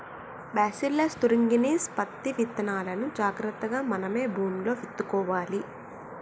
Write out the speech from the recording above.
bacillus thuringiensis పత్తి విత్తనాలును జాగ్రత్తగా మనమే భూమిలో విత్తుకోవాలి